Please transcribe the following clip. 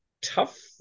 tough